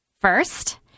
First